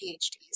PhDs